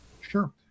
Sure